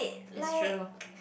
it's true